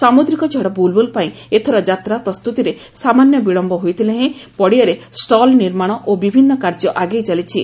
ସାମୁଦ୍ରିକ ଝଡ ବୁଲବୁଲ ପାଇଁ ଏଥର ଯାତ୍ରା ପସ୍ତୁତିରେ ସାମାନ୍ୟ ବିଳମ୍ୟ ହୋଇଥିଲେ ହେଁ ପଡ଼ିଆରେ ଷ୍ଟଲ ନିର୍ମାଣ ଓ ବିଭିନ୍ଦ କାର୍ଯ୍ୟ ଆଗେଇ ଚାଲିଛି